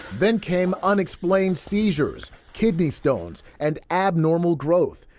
then came unexplained seizures, kidney stones and abnormal growth.